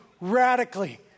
radically